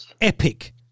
epic